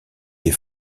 des